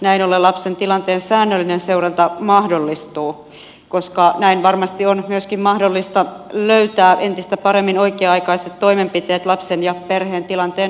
näin ollen lapsen tilanteen säännöllinen seuranta mahdollistuu koska näin varmasti on myöskin mahdollista löytää entistä paremmin oikea aikaiset toimenpiteet lapsen ja perheen tilanteen parantamiseen